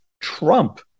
Trump